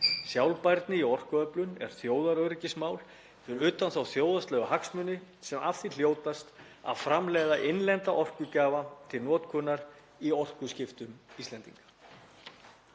Sjálfbærni í orkuöflun er þjóðaröryggismál, fyrir utan þá þjóðhagslegu hagsmuni sem af því hljótast að framleiða innlenda orkugjafa til notkunar í orkuskiptum Íslendinga.